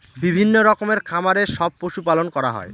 বিভিন্ন রকমের খামারে সব পশু পালন করা হয়